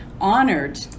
honored